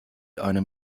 einem